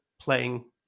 playing